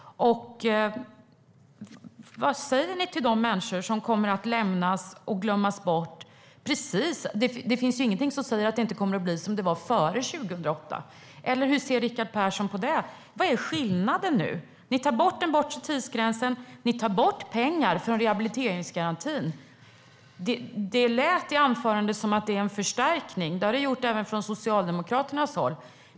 Vad säger ni till de människor som kommer att lämnas och glömmas bort? Det finns ingenting som säger att det inte kommer att bli som det var före 2008. Hur ser Rickard Persson på det? Vad är skillnaden nu? Ni tar bort den bortre tidsgränsen och pengar från rehabiliteringsgarantin. Det lät i anförandet som att det är en förstärkning. Det har det gjort även från Socialdemokraternas håll.